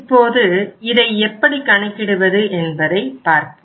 இப்போது இதை எப்படி கணக்கிடுவது என்பதை பார்போம்